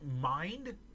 mind